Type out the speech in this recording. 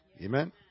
Amen